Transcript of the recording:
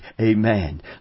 Amen